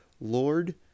Lord